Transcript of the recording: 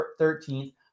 13th